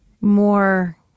more